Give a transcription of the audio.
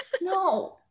No